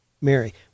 Mary